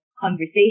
conversation